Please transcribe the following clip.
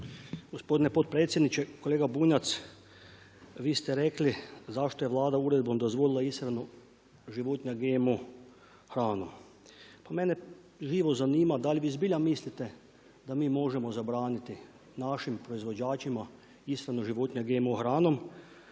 Gospodine potpredsjedniče. Kolega Bunjac, vi ste rekli zašto je Vlada uredbom dozvolila ishranu životinja GMO hranom. Pa mene živo zanima da li vi zbilja mislite da mi možemo zabraniti našim proizvođačima ishranu životinja GMO hranom